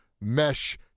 mesh